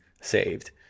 saved